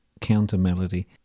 counter-melody